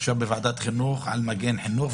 עכשיו בוועדת חינוך על מגן חינוך,